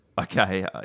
Okay